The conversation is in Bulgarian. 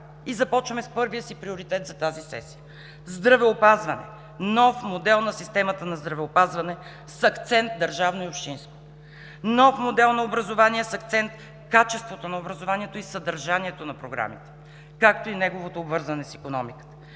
и започваме с първия приоритет за тази сесия, в здравеопазване нов модел на системата на здравеопазване с акцент държавно и общинско; нов модел на образование с акцент качеството на образованието и съдържанието на програмите, както и неговото обвързване с икономиката;